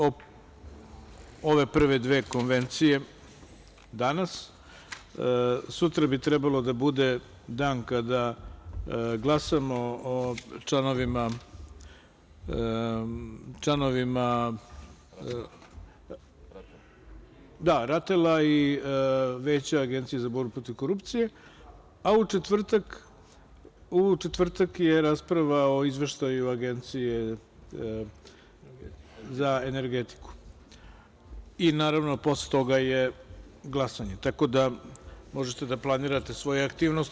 Ove prve dve konvencije danas, sutra bi trebalo da bude dan kada glasamo o članovima RATEL-a i Veća Agencije za borbu protiv korupcije, a u četvrtak je rasprava o izveštaju Agencije za energetiku i naravno posle toga je glasanje, tako da možete da planirate svoje aktivnosti.